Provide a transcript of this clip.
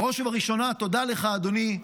בראש ובראשונה תודה לך, אדוני,